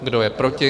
Kdo je proti?